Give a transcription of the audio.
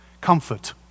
Comfort